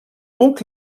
donc